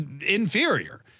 inferior